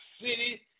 City